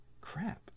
crap